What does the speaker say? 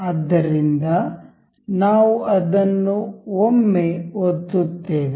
ಆದ್ದರಿಂದ ನಾವು ಅದನ್ನು ಒಮ್ಮೆ ಒತ್ತುತ್ತೇವೆ